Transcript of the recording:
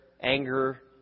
anger